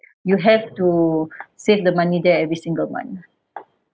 you have to save the money there every single month